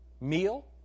meal